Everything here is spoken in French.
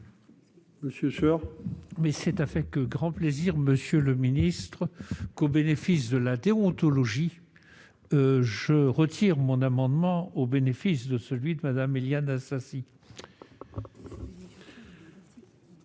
maintenu ? C'est avec grand plaisir, monsieur le ministre, qu'au bénéfice de la déontologie je retire mon amendement au profit de celui de Mme Éliane Assassi.